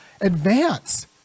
advance